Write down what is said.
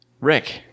Rick